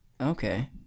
Okay